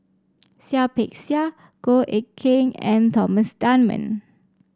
Seah Peck Seah Goh Eck Kheng and Thomas Dunman